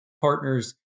partners